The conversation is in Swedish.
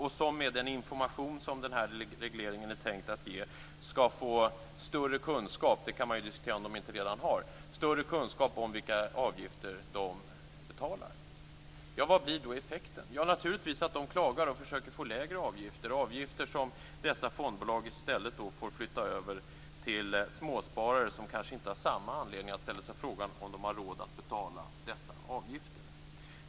Det är de som med den information som den här regleringen är tänkt att ge skall få större kunskap - det kan man ju diskutera om de inte redan har - om vilka avgifter de betalar. Vad blir då effekten? Jo, naturligtvis att de klagar och försöker få lägre avgifter, avgifter som dessa fondbolag i stället får flytta över till småsparare som kanske inte har samma anledning att ställa sig frågan om de har råd att betala dessa avgifter.